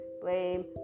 blame